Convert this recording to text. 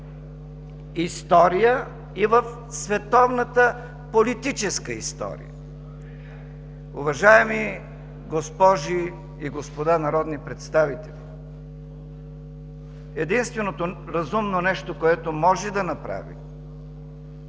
история и в световната политическа история. Уважаеми госпожи и господа народни представители, единственото разумно нещо, което може да направи